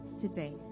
today